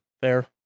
Fair